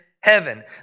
heaven